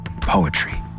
Poetry